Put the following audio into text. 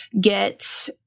get